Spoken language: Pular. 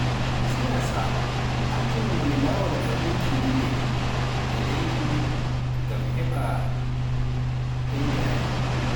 siyaasa hannjun wone laawol ardinki yimɓe e leydi ngam ɗun heɓa beydaare.